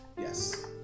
Yes